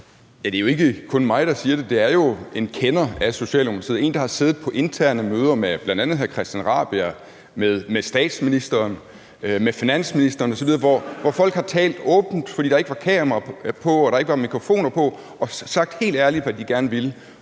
Det er jo ikke kun mig, der siger det. Det er jo en kender af Socialdemokratiet, en, der har siddet i interne møder med bl.a. hr. Christian Rabjerg Madsen, med statsministeren, med finansministeren osv., hvor folk har talt åbent, fordi der ikke var kameraer og mikrofoner på, og sagt helt ærligt, hvad de gerne ville.